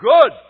good